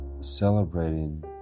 celebrating